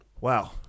Wow